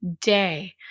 day